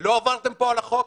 לא עברתם פה על החוק?